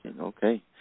okay